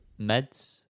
meds